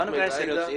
הערה לסדר.